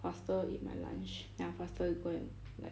faster eat my lunch then I faster go and like